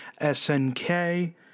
SNK